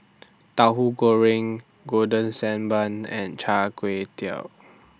Tahu Goreng Golden Sand Bun and Chai Tow Kuay